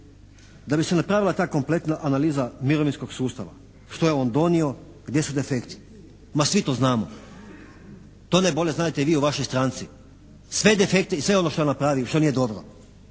da bi se napravila ta kompletna analiza mirovinskog sustava, što je on donio, gdje su defekti. Ma svi to znamo. To najbolje znadete vi u vašoj stranci. Sve defekte i sve ono što je, što nije dobro